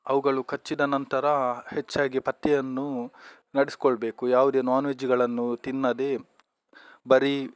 ಅವುಗಳು ಕಚ್ಚಿದ ನಂತರ ಹೆಚ್ಚಾಗಿ ಪಥ್ಯೆಯನ್ನು ನಡೆಸಿಕೊಳ್ಬೇಕು ಯಾವುದೇ ನಾನ್ ವೆಜ್ಗಳನ್ನು ತಿನ್ನದೇ ಬರೀ